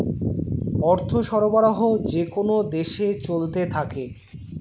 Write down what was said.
অর্থ সরবরাহ যেকোন দেশে চলতে থাকে